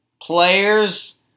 players